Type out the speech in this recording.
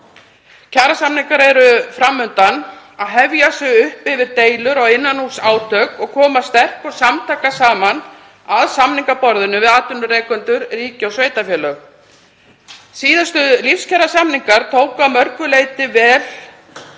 kjarasamningar eru fram undan, að hefja sig upp yfir deilur og innanhússátök og koma sterk og samtaka að samningaborðinu við atvinnurekendur, ríki og sveitarfélög. Síðustu lífskjarasamningar tókust að mörgu leyti mjög